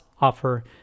offer